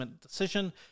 decision